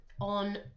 On